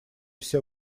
все